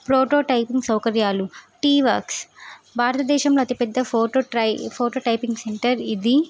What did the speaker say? proto typing సౌకర్యాలు T works భారతదేశంలో అతిపెద్ద ఫోటో ట్రై ఫోటో టైపింగ్ సెంటర్ ఇది